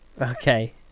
Okay